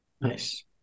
Nice